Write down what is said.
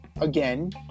again